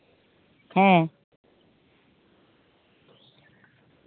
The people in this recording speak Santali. ᱦᱮᱸ